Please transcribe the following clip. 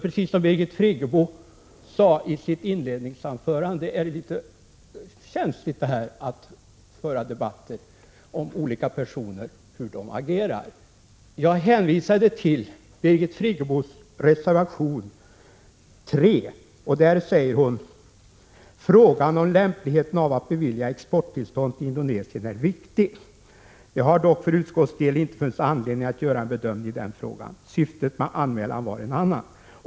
Precis som Birgit Friggebo sade i sitt inledningsanförande är det litet känsligt att föra debatter om hur olika personer agerar. Jag hänvisade till Birgit Friggebos reservation 3, där hon säger: ”Frågan om lämpligheten av att bevilja exporttillstånd till Indonesien är viktig. Det har dock för utskottets del inte funnits anledning att göra en bedömning i den frågan. Syftet med anmälan var en annan.